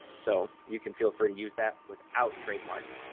so you can feel free to use that without trademark,